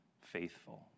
faithful